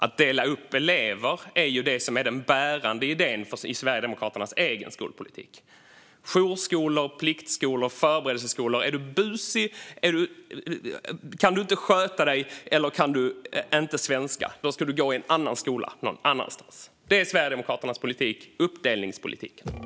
Att dela upp elever är ju den bärande idén i Sverigedemokraternas egen skolpolitik med jourskolor, pliktskolor och förberedelseskolor. Om man är busig, inte kan sköta sig eller inte kan svenska ska man gå i en annan skola någon annanstans. Det är Sverigedemokraternas politik, uppdelningspolitik.